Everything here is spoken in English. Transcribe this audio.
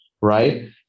right